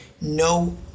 no